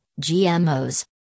GMOs